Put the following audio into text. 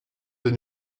des